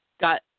got